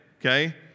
okay